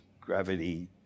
gravity